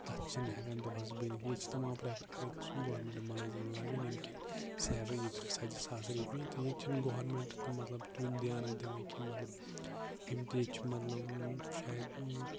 تَتھ چھِنہٕ ہیٚکان دۄہَس بٔنِتھ کیٚنہہ ییٚتہِ چھِ تَمام پرٮ۪فر کران أسۍ گژھو گورمیٚنٹ مُلازِم لَگٕنۍ ییٚمہِ کِنۍ سیلری یی ترٕہ ژَتجی ساس رۄپیہِ تہٕ ییٚتہِ چھُنہٕ گرومیٚنٹ تہِ مطلب تُتھ دیانا دِوان کیٚنہہ کہِ مطلب یِم تہِ ییٚتہِ چھِ مطلب شاید